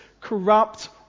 corrupt